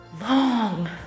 long